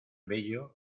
bello